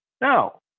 No